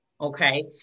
Okay